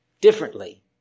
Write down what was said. differently